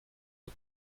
aux